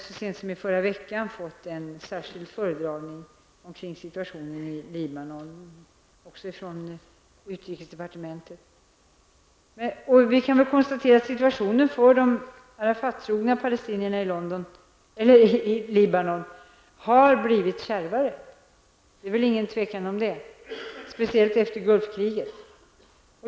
Så sent som i förra veckan fick jag en särskild föredragning om situationen i Libanon och också information från utrikesdepartementet. Vi kan väl konstatera att situationen för de Arafattrogna i Libanon har blivit kärvare -- det råder väl inget tvivel om detta -- speciellt efter Gulfkriget.